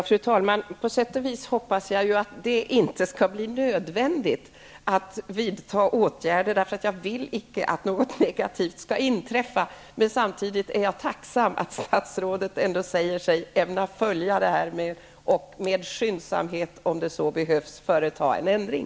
Fru talman! På sätt och vis hoppas jag att det inte skall bli nödvändigt att vidta åtgärder. Jag vill icke att något negativt skall inträffa. Samtidigt är jag tacksam att statsrådet säger sig ämna följa ärendet och med skyndsamhet, om det så behövs, företa en ändring.